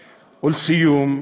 ולסיום,